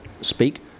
speak